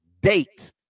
date